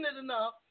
enough